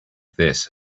this